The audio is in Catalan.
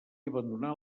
abandonar